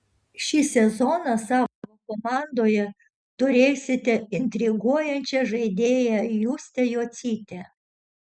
šį sezoną savo komandoje turėsite intriguojančią žaidėją justę jocytę